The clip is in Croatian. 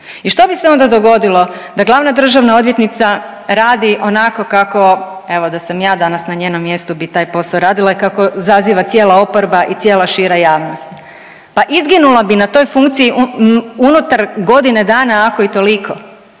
i što bi se onda dogodilo da glavna državna odvjetnica radi onako kako, evo da sam ja danas na njenom mjestu bi taj posao radila i kako zaziva cijela oporba i cijela šira javnost? Pa izginula bi na toj funkciji unutar godine dana, ako i toliko